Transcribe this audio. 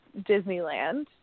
Disneyland